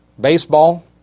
baseball